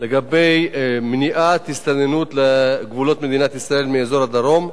לגבי מניעת הסתננות מאזור הדרום,